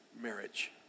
marriage